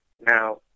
Now